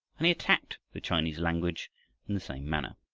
and he attacked the chinese language in the same manner.